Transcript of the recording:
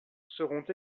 seront